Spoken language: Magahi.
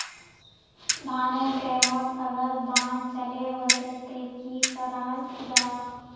धानेर टैमोत अगर बान चले वसे ते की कराल जहा?